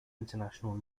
international